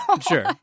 Sure